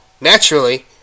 Naturally